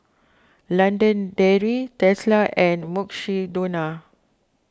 London Dairy Tesla and Mukshidonna